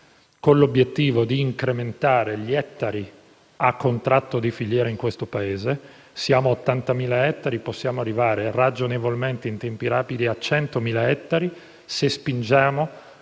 con l'obiettivo di incrementare gli ettari a contratto di filiera in questo Paese. Siamo a 80.000 ettari; possiamo arrivare, ragionevolmente, in tempi rapidi, a 100.000 ettari se spingiamo